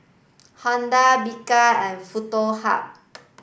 Honda Bika and Foto Hub